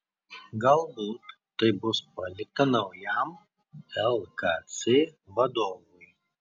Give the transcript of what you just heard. galbūt tai bus palikta naujam lkc vadovui